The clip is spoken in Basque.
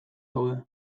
daude